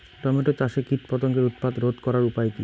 Tomato চাষে কীটপতঙ্গের উৎপাত রোধ করার উপায় কী?